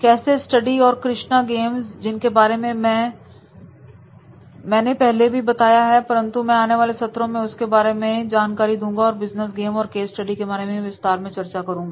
case study और कृष्णा games जिनके बारे में मैंने पहले भी बताया है परंतु मैं आने वाले सत्रों में उसके बारे में और जानकारी दूंगा और बिजनेस गेम और केस स्टडी के बारे में भी विस्तार से चर्चा करूंगा